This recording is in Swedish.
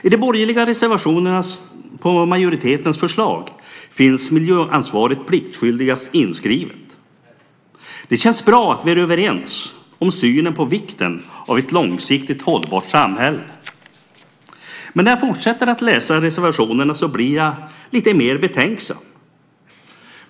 I de borgerliga reservationerna till majoritetens förslag finns miljöansvaret pliktskyldigast inskrivet. Det känns bra att vi är överens om synen på vikten av ett långsiktigt hållbart samhälle. Men när jag fortsätter att läsa reservationerna så blir jag lite mera betänksam.